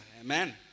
Amen